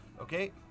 Okay